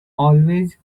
always